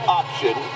option